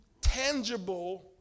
tangible